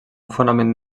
fonament